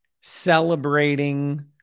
celebrating